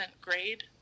grade